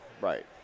right